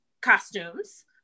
costumes